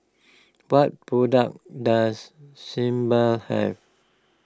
what products does Sebamed have